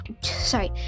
sorry